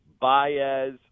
Baez